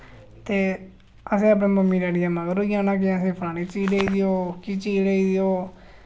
ते असें अपने मम्मी डैडी दे मगर होई जाना कि असें फलानी चीज लेई देओ ओह्की चीज लेई देओ